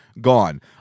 gone